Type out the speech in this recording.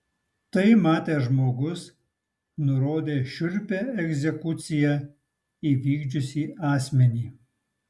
tai matęs žmogus nurodė šiurpią egzekuciją įvykdžiusį asmenį